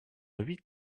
huit